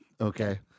Okay